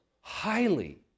highly